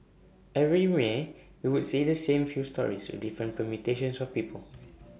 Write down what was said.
every may we would see the same few stories with different permutations of people